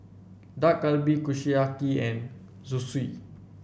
Dak Galbi Kushiyaki and Zosui